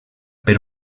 per